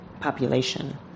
population